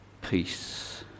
Peace